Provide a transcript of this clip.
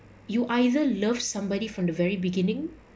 you either love somebody from the very beginning